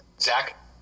zach